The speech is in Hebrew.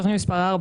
תוכנית 4,